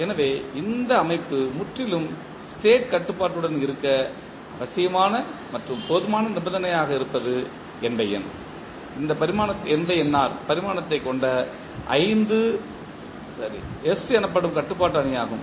எனவே இந்த அமைப்பு முற்றிலும் ஸ்டேட் கட்டுப்பாட்டுடன் இருக்க அவசியமான மற்றும் போதுமான நிபந்தனையாக இருப்பது பரிமாணத்தைக் கொண்ட S எனப்படும் கட்டுப்பாட்டு அணியாகும்